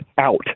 out